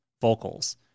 vocals